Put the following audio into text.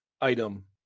item